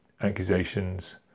accusations